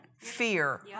fear